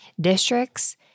districts